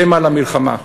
המה למלחמה.